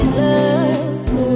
love